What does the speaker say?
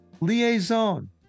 Liaison